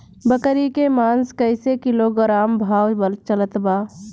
बकरी के मांस कईसे किलोग्राम भाव चलत बा?